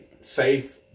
safe